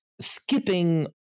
skipping